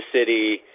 City